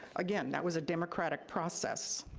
again, that was a democratic process.